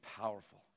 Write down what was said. powerful